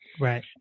Right